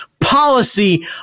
policy